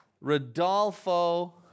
Rodolfo